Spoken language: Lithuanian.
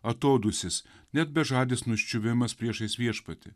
atodūsis net bežadis nuščiuvimas priešais viešpatį